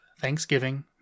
Thanksgiving